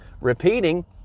repeating